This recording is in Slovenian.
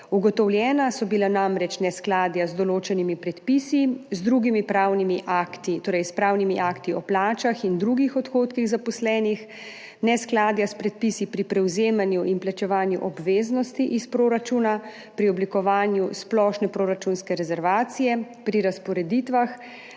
Ugotovljena so bila namreč neskladja z določenimi predpisi, z drugimi pravnimi akti, torej s pravnimi akti o plačah in drugih odhodkih zaposlenih, neskladja s predpisi pri prevzemanju in plačevanju obveznosti iz proračuna, pri oblikovanju splošne proračunske rezervacije, pri razporeditvah